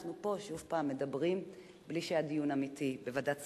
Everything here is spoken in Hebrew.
אנחנו פה שוב פעם מדברים בלי שהיה דיון אמיתי בוועדת שרים.